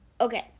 Okay